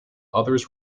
others